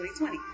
2020